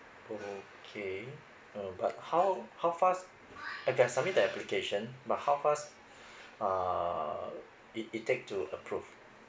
okay uh but how how fast I can submit the application but how fast err it it take to approve